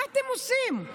מה אתם עושים?